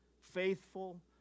faithful